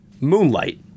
Moonlight